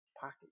pocket